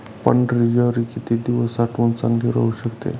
पांढरी ज्वारी किती दिवस साठवून चांगली राहू शकते?